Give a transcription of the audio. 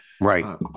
Right